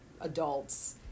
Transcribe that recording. adults